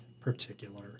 particular